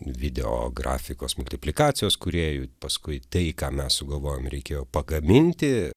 video grafikos multiplikacijos kūrėjų paskui tai ką mes sugalvojom reikėjo pagaminti